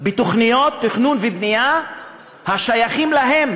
בתוכניות תכנון ובנייה השייכות להם,